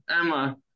Emma